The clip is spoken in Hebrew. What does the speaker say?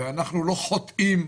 ואנחנו לא חוטאים,